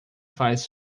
faz